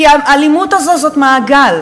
כי האלימות הזאת היא מעגל,